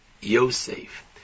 Yosef